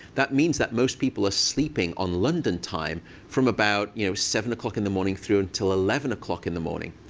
that means that most people are sleeping on london time from about you know seven o'clock in the morning through until eleven o'clock in the morning.